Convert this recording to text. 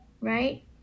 right